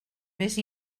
més